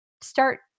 start